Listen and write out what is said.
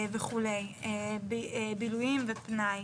בילויים ופנאי.